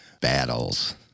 battles